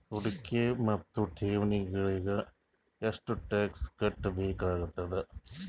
ಹೂಡಿಕೆ ಮತ್ತು ಠೇವಣಿಗಳಿಗ ಎಷ್ಟ ಟಾಕ್ಸ್ ಕಟ್ಟಬೇಕಾಗತದ?